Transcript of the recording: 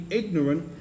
ignorant